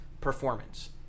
performance